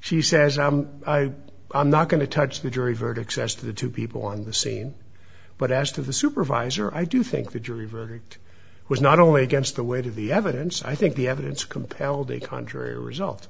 she says i'm i i'm not going to touch the jury verdicts as to the two people on the scene but as to the supervisor i do think the jury verdict was not only against the weight of the evidence i think the evidence compelled a contrary result